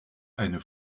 eine